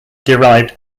derived